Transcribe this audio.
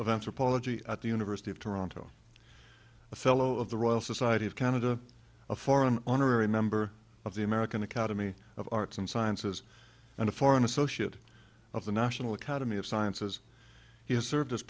of anthropology at the university of toronto a fellow of the royal society of canada a foreign honorary member of the american academy of arts and sciences and a foreign associate of the national academy of sciences he has served as